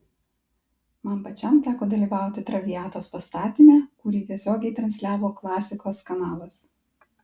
man pačiam teko dalyvauti traviatos pastatyme kurį tiesiogiai transliavo klasikos kanalas